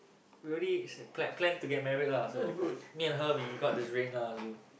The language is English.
we already se~ plan plan to get married lah so me and her we got this ring ah so